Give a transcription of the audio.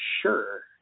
sure